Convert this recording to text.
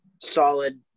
solid